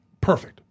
perfect